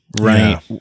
Right